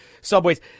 subways